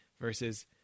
versus